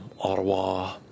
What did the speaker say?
Ottawa